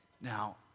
Now